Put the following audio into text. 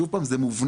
שוב פעם זה מובנה,